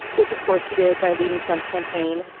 which of course he did by leading trump's campaign,